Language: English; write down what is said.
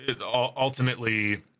ultimately